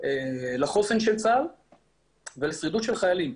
לחוסן של צה"ל ולשרידות של חיילים.